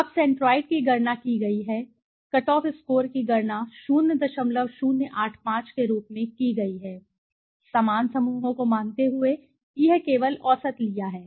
अब सेंट्रोइड की गणना की गई है कट ऑफ स्कोर की गणना 0085 के रूप में की गई है समान समूहों को मानते हुए यह केवल औसत लिया है